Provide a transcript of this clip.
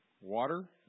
Water